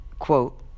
Quote